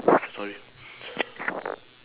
sorry